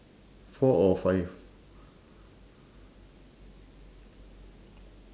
four or five